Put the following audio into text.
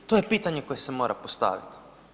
To je pitanje koje se mora postaviti.